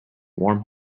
warm